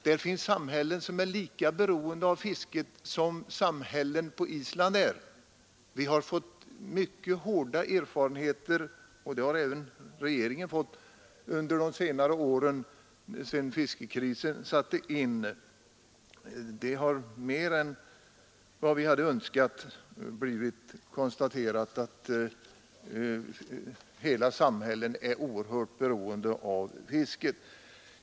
Där finns samhällen som är lika beroende av fisket som samhällen på Island. Vi har fått mycket dåliga erfarenheter av detta under de senaste åren. Regeringen har även känt av det sedan fiskekrisen satte in och kunnat konstatera att hela samhällen är oerhört beroende av fisket.